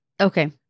Okay